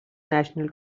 national